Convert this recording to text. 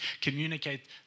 communicate